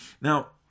Now